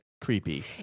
creepy